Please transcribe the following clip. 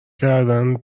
کردن